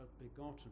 begotten